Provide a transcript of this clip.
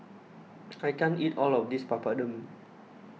I can't eat all of this Papadum